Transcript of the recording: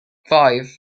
five